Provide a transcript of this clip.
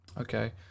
Okay